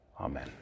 Amen